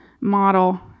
model